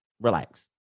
Relax